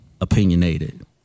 opinionated